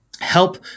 help